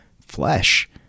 flesh